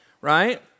right